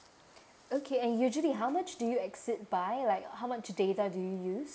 okay and usually how much did you exceed by like how much data did you use